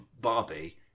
Barbie